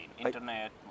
Internet